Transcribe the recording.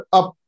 up